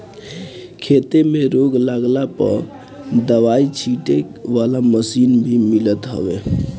खेते में रोग लागला पअ दवाई छीटे वाला मशीन भी मिलत हवे